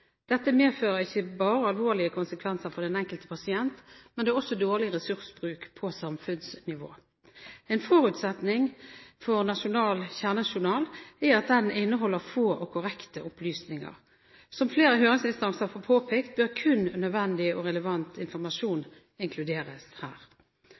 Dette får ikke bare alvorlige konsekvenser for den enkelte pasient, det er også dårlig ressursbruk på samfunnsnivå. En forutsetning for nasjonal kjernejournal er at den inneholder få og korrekte opplysninger. Som flere høringsinstanser har påpekt, bør kun nødvendig og relevant informasjon